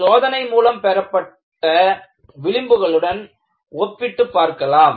இதை சோதனை மூலம் பெறப்பட்ட விளிம்புகளுடன் ஒப்பிட்டு பார்க்கலாம்